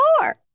more